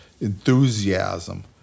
enthusiasm